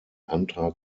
antrag